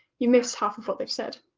you've missed half and what they've said.